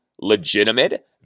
legitimate